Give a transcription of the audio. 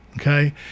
okay